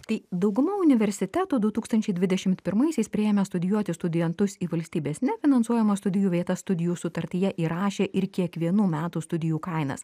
tai dauguma universitetų du tūkstančiai dvidešimt pirmaisiais priėmę studijuoti studentus į valstybės nefinansuojamas studijų vietas studijų sutartyje įrašė ir kiekvienų metų studijų kainas